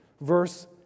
verse